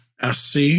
SC